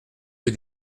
rue